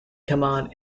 command